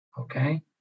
okay